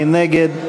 מי נגד?